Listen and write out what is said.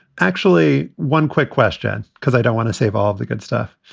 actually, one quick question, because i don't want to save all the good stuff.